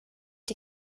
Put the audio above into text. die